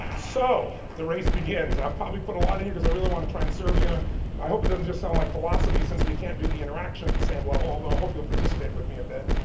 so, the race begins. i've probably put a lot in here cause i really wanna try and serve you and and and i hope it doesn't just sound like philosophy since we can't do the interaction at the same level, although i hope you'll participate with me a bit.